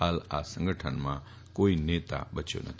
ફાલ આ સંગઠનમાં કોઈ નેતા બચ્યો નથી